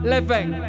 Living